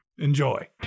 Enjoy